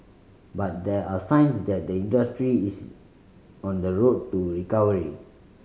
but there are signs that the industry is on the road to recovery